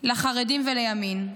לחרדים ולימין.